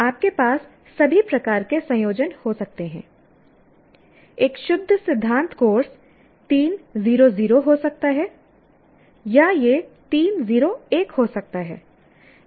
आपके पास सभी प्रकार के संयोजन हो सकते हैं एक शुद्ध सिद्धांत कोर्स 3 0 0 हो सकता है या यह 3 0 1 हो सकता है